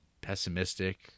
pessimistic